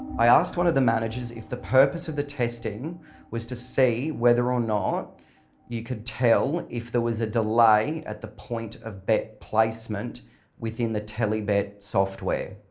i asked one of the managers if the purpose of the testing was to see whether or not you could tell if there was a delay at the point of bet placement within the tele bet software.